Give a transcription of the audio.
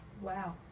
Wow